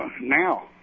now